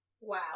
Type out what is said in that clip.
Wow